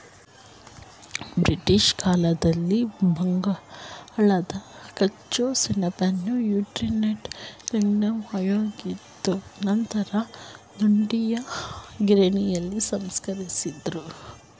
British ಕಾಲದಲ್ಲಿ ಬಂಗಾಳದ ಕಚ್ಚಾ ಸೆಣಬನ್ನು ಯುನೈಟೆಡ್ ಕಿಂಗ್ಡಮ್ಗೆ ಒಯ್ಯಲಾಗ್ತಿತ್ತು ನಂತರ ದುಂಡೀಯ ಗಿರಣಿಲಿ ಸಂಸ್ಕರಿಸಿದ್ರು